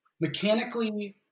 mechanically